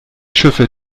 schiffe